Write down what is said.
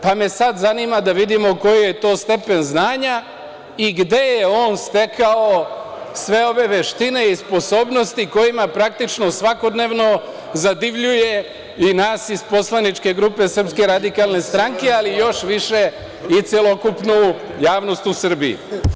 Pa me sada zanima, da vidimo koji je to stepen znanja i gde je on stekao sve ove veštine i sposobnosti kojima praktično svakodnevno zadivljuje i nas iz poslaničke grupe SRS, ali još više i celokupnu javnost u Srbiji.